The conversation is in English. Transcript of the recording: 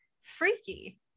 Freaky